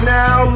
now